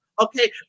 Okay